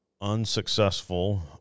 unsuccessful